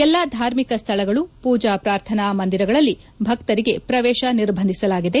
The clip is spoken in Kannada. ಎಲ್ಲ ಧಾರ್ಮಿಕ ಸ್ವಳಗಳು ಪೂಜಾ ಪಾರ್ಥನಾ ಮಂದಿರಗಳಲ್ಲಿ ಭಕ್ತರಿಗೆ ಪ್ರವೇಶ ನಿರ್ಬಂಧಿಸಲಾಗಿದೆ